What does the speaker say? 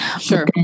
Sure